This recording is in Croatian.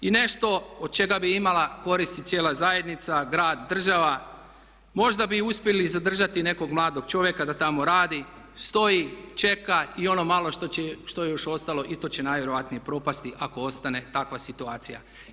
I nešto od čega bi imala koristi cijela zajednica, grad, država možda bi uspjeli i zadržati nekog mladog čovjeka da tamo radi stoji, čeka i ono malo što je još ostalo i to će najvjerojatnije propasti ako ostane takva situacija.